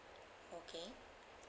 okay